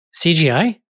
CGI